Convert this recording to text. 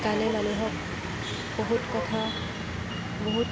গানে মানুহক বহুত কথা বহুত